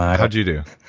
how'd you do?